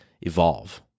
evolve